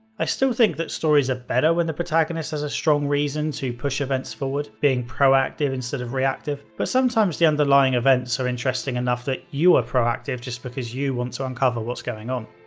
i still think that stories are better when the protagonist has a strong reason to push events forward, being proactive instead of reactive, but sometimes the underlying events are interesting enough that you are proactive just because you want to so uncover what's going on.